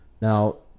Now